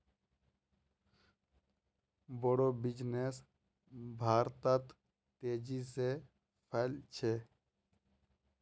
बोड़ो बिजनेस भारतत तेजी से फैल छ